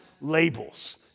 labels